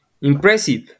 Impressive